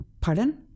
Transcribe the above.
Pardon